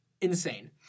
insane